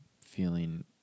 feeling